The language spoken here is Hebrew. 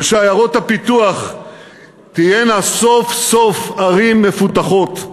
ושעיירות הפיתוח תהיינה סוף-סוף ערים מפותחות.